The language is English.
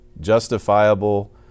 justifiable